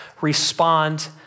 respond